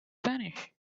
spanish